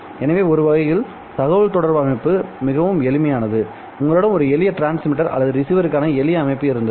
எனவே ஒரு வகையில் தகவல் தொடர்பு அமைப்பு மிகவும் எளிமையானது உங்களிடம் ஒரு எளிய டிரான்ஸ்மிட்டர் மற்றும் ரிசீவருக்கான எளிய அமைப்பு இருந்தது